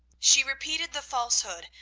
she repeated the falsehood,